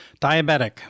Diabetic